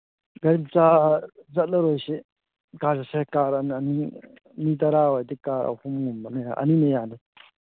ꯒꯥꯔꯤ ꯃꯆꯥ ꯆꯠꯂꯔꯣꯏꯁꯤ ꯀꯥꯥꯔ ꯆꯠꯁꯦ ꯀꯥꯔ ꯑꯣꯏꯅ ꯑꯅꯤ ꯃꯤ ꯇꯔꯥ ꯑꯣꯏꯔꯗꯤ ꯀꯥꯔ ꯑꯍꯨꯝꯒꯨꯝꯕꯅ ꯑꯅꯤꯅ ꯌꯥꯅꯤ